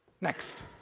next